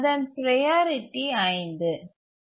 அதன் ப்ரையாரிட்டி 5